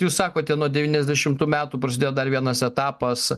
jūs sakote nuo devyniasdešimtų metų prasidėjo dar vienas etapas